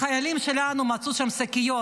החיילים שלנו מצאו שם שקיות